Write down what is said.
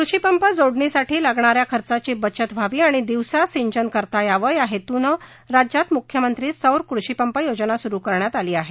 कृषीपंप जोडणीसाठी लागणाऱ्या खर्चाची बचत व्हावी आणि दिवसा सिंचन करता यावे या हेतूने राज्यात मुख्यमंत्री सौर कृषीपंप योजना सुरू करण्यात आली आहे